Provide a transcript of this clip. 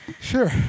Sure